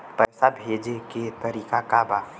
पैसा भेजे के तरीका का बा?